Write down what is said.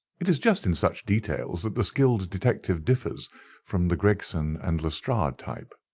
it is just in such details that the skilled detective differs from the gregson and lestrade type.